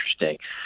interesting